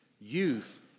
youth